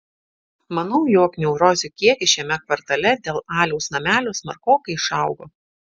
manau jog neurozių kiekis šiame kvartale dėl aliaus namelio smarkokai išaugo